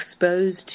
exposed